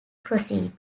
proceed